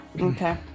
okay